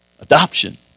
Adoption